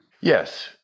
Yes